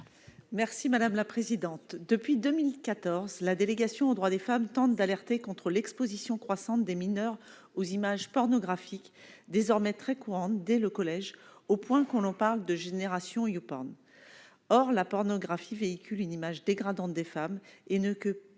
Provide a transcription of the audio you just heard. Merci madame la présidente depuis 2014 la délégation aux droits des femmes tentent d'alerter contre l'Exposition croissante des mineurs aux images pornographiques désormais très courante dès le collège, au point qu'on en parle de Génération YouPorn, or la pornographie véhicule une image dégradante des femmes et ne que que